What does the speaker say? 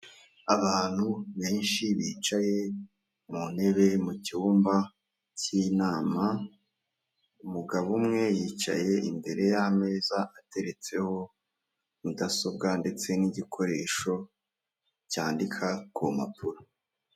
Abantu benshi bicaye mu ntebe mu cyumba cy'inama, umugabo umwe yicaye imbere y'ameza ateretseho mudasobwa ndetse n'igikoresho cyandika ku mpapuro.